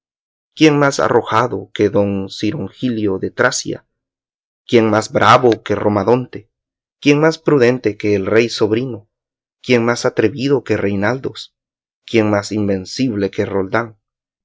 quién mas arrojado que don cirongilio de tracia quién más bravo que rodamonte quién más prudente que el rey sobrino quién más atrevido que reinaldos quién más invencible que roldán